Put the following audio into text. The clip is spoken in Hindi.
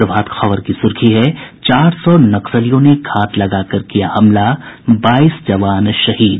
प्रभात खबर की सुर्खी है चार सौ नक्सलियों ने घात लगाकर किया हमला बाईस जवान शहीद